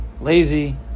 lazy